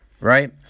Right